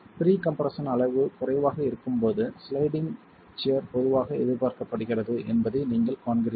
pre compression அளவு குறைவாக இருக்கும் போது ஸ்லைடிங்கி சியர் பொதுவாக எதிர்பார்க்கப்படுகிறது என்பதை நீங்கள் காண்கிறீர்கள்